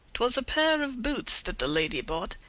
twas a pair of boots that the lady bought,